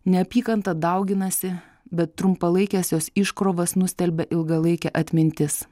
neapykanta dauginasi bet trumpalaikes jos iškrovas nustelbia ilgalaikė atmintis